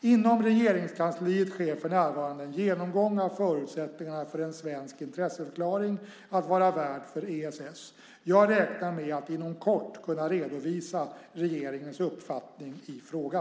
Inom Regeringskansliet sker för närvarande en genomgång av förutsättningarna för en svensk intresseförklaring att vara värd för ESS. Jag räknar med att inom kort kunna redovisa regeringens uppfattning i frågan.